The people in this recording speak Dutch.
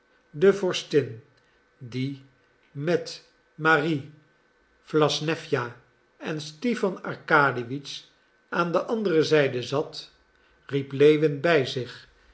de vorstin die met marie wlassnewja en stipan arkadiewitsch aan de andere zijde zat riep lewin bij zich